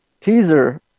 teaser